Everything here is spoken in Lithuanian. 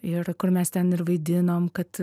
ir kur mes ten ir vaidinom kad